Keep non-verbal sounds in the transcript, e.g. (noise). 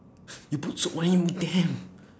(breath) you put soap on him damn